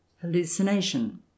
Hallucination